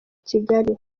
kigali